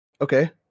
Okay